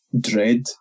dread